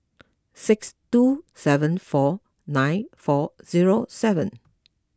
six two seven four nine four zero seven